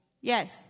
Yes